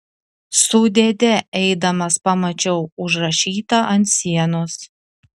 su dėde eidamas pamačiau užrašytą ant sienos